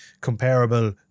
comparable